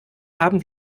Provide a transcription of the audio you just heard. haben